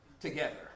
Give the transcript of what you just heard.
together